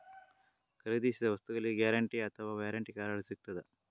ಖರೀದಿಸಿದ ವಸ್ತುಗೆ ಗ್ಯಾರಂಟಿ ಅಥವಾ ವ್ಯಾರಂಟಿ ಕಾರ್ಡ್ ಸಿಕ್ತಾದ?